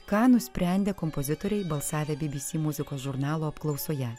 ką nusprendė kompozitoriai balsavę bbc muzikos žurnalo apklausoje